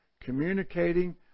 Communicating